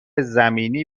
زمینی